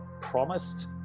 promised